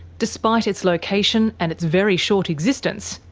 despite its location and its very short existence,